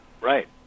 Right